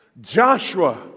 Joshua